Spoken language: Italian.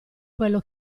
quello